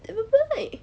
never mind